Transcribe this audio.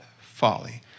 folly